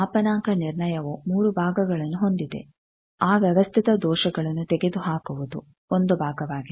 ಮಾಪನಾಂಕ ನಿರ್ಣಯವು ಮೂರು ಭಾಗಗಳನ್ನು ಹೊಂದಿದೆ ಆ ವ್ಯವಸ್ಥಿತ ದೋಷಗಳನ್ನು ತೆಗೆದುಹಾಕುವುದು ಒಂದು ಭಾಗವಾಗಿದೆ